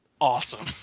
awesome